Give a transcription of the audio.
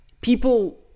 People